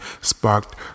sparked